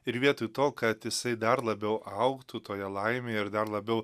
ir vietoj to kad jisai dar labiau augtų toje laimėje ir dar labiau